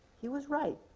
he was right.